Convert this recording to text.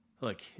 Look